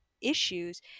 issues